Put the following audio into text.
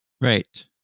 Right